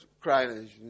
crying